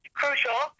crucial